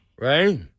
Right